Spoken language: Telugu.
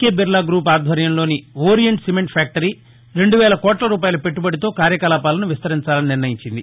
కె బిర్లా గూప్ ఆధ్వర్యంలోని ఓరియంట్ సిమెంట్ ఫ్యాక్టరీ రెండు వేల కోట్ల రూపాయల పెట్టబడితో కార్యకలాపాలను విస్తరించాలని నిర్ణయించింది